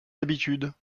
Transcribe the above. habitudes